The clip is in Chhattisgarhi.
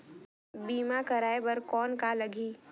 बीमा कराय बर कौन का लगही?